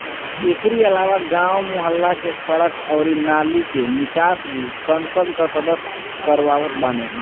एकरी अलावा गांव, मुहल्ला के सड़क अउरी नाली के निकास भी संसद कअ सदस्य करवावत बाने